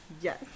Yes